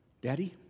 Daddy